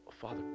Father